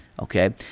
Okay